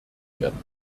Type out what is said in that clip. werden